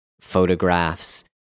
photographs